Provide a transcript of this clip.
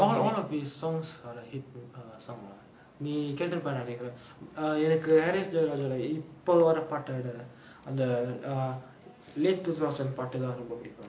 all all of his songs are a hit err song lah நீ கேட்டுருப்ப நெனைக்குற:nee kaetturuppa nenaikkura err எனக்கு:enakku haaris jeyaraj ஓட இப்ப வர பாட்ட விட அந்த:oda ippa vara paatta vida antha late two thousand பாட்டுதா ரொம்ப புடிக்கும்:paattuthaa romba pudikkum